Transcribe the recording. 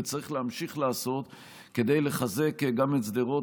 וצריך להמשיך לעשות כדי לחזק גם את שדרות